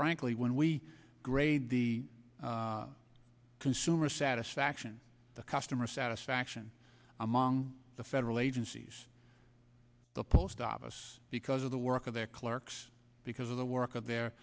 frankly when we grade the consumer satisfaction the customer satisfaction among the federal agencies the post office because of the work of their clerks because of the work